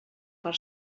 per